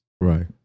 right